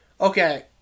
Okay